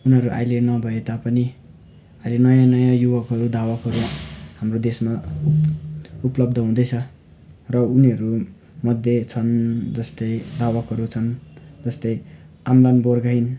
उनीहरू अहिले नभए तापनि अहिले नयाँ नयाँ युवकहरू धावकहरूमा हाम्रो देशमा उपलब्ध हुँदैछ र उनीहरू मध्ये छन् जस्तै धावकहरू छन् जस्तै आम्लान बोरगोहाइँ